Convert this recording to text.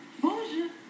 bonjour